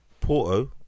Porto